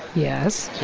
yes.